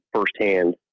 firsthand